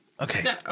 Okay